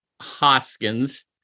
Hoskins